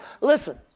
Listen